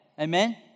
Amen